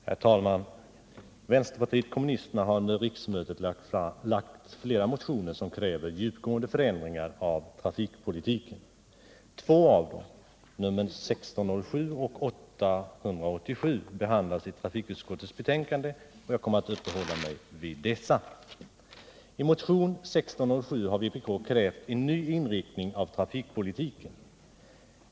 Herr talman! Vänsterpartiet kommunisterna har under riksmötet lagt fram flera motioner som kräver djupgående förändringar av trafikpolitiken. Två av dem, nr 1607 och 887, behandlas i trafikutskottets betänkande, och jag kommer att uppehålla mig vid dessa. I motionen 1607 har vpk krävt en ny inriktning av trafikpolitiken.